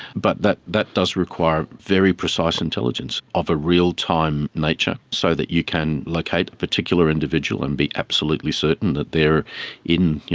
but that that does require very precise intelligence of a real-time nature so that you can locate a particular individual and be absolutely certain that they're in, you